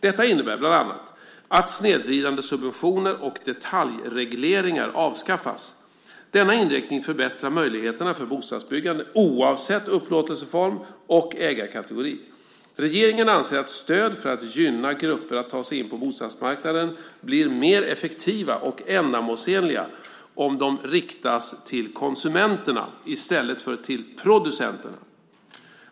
Detta innebär bland annat att snedvridande subventioner och detaljregleringar avskaffas. Denna inriktning förbättrar möjligheterna för bostadsbyggande oavsett upplåtelseform och ägarkategori. Regeringen anser att stöd för att gynna grupper att ta sig in på bostadsmarknaden blir mer effektiva och ändamålsenliga om de riktas till konsumenterna i stället för till producenterna.